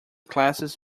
classes